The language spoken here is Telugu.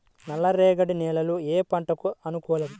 నల్లరేగడి నేలలు ఏ పంటలకు అనుకూలం?